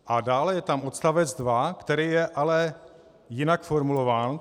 A dále je tam odst. 2, který je ale jinak formulován.